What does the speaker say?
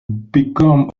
become